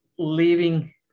leaving